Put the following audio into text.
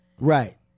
Right